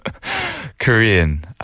korean